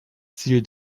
ziel